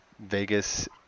Vegas